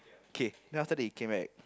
k then after that he came right